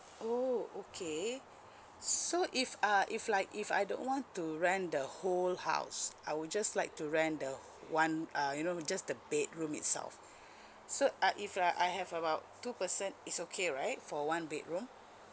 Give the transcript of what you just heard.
oh okay so if uh if like if I don't want to rent the whole house I would just like to rent the one uh you know just the bedroom itself so uh if uh I have about two person it's okay right for one bedroom